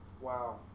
Wow